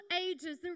ages